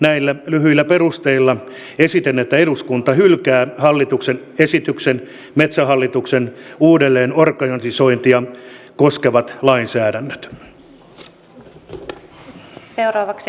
näillä lyhyillä perusteilla esitän että eduskunta hylkää hallituksen esityksen metsähallituksen uudelleenorganisointia koskevat lainsäädännöt